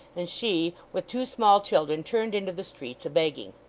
and she, with two small children, turned into the streets a-begging.